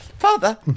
Father